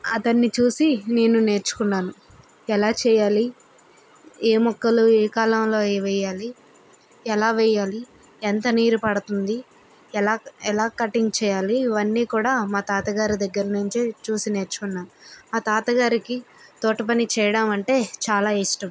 అతన్ని చూసి నేను నేర్చుకున్నాను ఎలా చేయాలి ఏ మొక్కలు ఏ కాలంలో వేయాలి ఎలా వేయాలి ఎంత నీరు పడుతుంది ఎలా ఎలా కటింగ్ చేయాలి ఇవన్నీ కూడా మా తాత గారు దగ్గర నుంచే చూసి నేర్చుకున్నాను మా తాత గారికి తోటపని చేయడం అంటే చాలా ఇష్టం